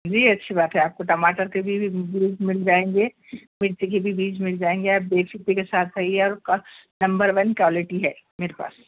جی اچھی بات ہے آپ کو ٹماٹر کے بھی بھی بیج مِل جائیں گے مرچی کے بھی بیج مِل جائیں گے آپ بے فِکری کے ساتھ آئیے نمبر ون کوالٹی ہے میرے پاس